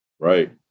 Right